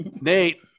Nate